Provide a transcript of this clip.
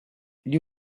gli